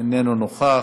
אינו נוכח,